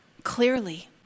Clearly